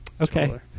Okay